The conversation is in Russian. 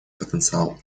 потенциал